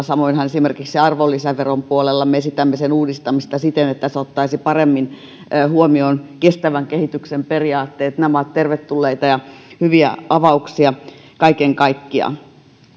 samoinhan esimerkiksi arvonlisäveron puolella me esitämme sen uudistamista siten että se ottaisi paremmin huomioon kestävän kehityksen periaatteet nämä ovat tervetulleita ja hyviä avauksia kaiken kaikkiaan